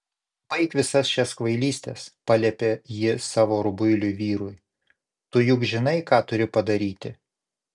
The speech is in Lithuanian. baik visas šias kvailystes paliepė ji savo rubuiliui vyrui tu juk žinai ką turi padaryti